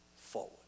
forward